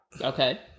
Okay